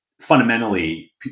fundamentally